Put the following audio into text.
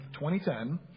2010